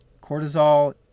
cortisol